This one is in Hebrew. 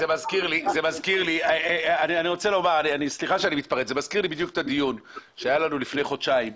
אבל זה מזכיר ליאת הדיון שהיה לנו לפני חודשיים,